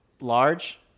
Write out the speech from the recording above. large